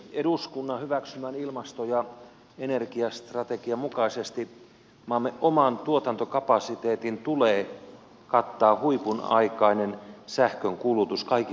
eduskunnan hyväksymän ilmasto ja energiastrategian mukaisesti maamme oman tuotantokapasiteetin tulee kattaa huipun aikainen sähkönkulutus kaikissa tilanteissa